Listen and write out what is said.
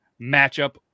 matchup